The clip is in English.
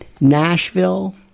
Nashville